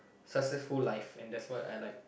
successful life and that's what I like